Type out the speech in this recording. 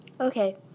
Okay